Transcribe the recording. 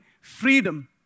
freedom